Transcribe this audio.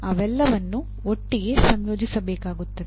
ಅವೆಲ್ಲವನ್ನೂ ಒಟ್ಟಿಗೆ ಸಂಯೋಜಿಸಬೇಕಾಗುತ್ತದೆ